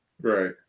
Right